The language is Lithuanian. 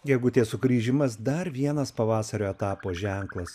gegutės sugrįžimas dar vienas pavasario etapo ženklas